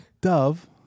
dove